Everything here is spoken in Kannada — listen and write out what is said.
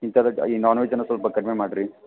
ಈ ಥರದ್ದು ಈ ನಾನ್ವೆಜ್ಜನ್ನು ಸ್ವಲ್ಪ ಕಡಿಮೆ ಮಾಡಿರಿ